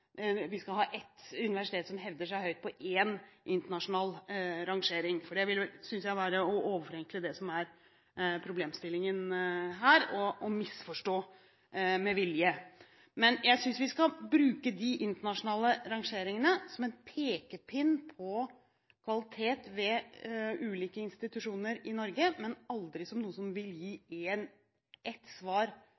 vi skal ha ett universitet som hevder seg høyt på én internasjonal rangering. Det synes jeg ville være å overforenkle det som er problemstillingen her, og å misforstå med vilje. Jeg synes vi skal bruke de internasjonale rangeringene som en pekepinn på kvalitet ved ulike institusjoner i Norge, men aldri som noe som vil gi